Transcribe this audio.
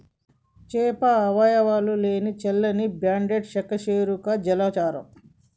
చేప అవయవాలు లేని చల్లని బ్లడెడ్ సకశేరుక జలచరం